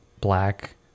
black